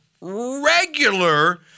regular